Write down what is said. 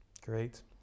great